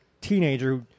teenager